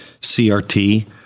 CRT